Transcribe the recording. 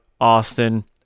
Austin